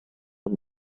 and